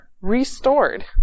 restored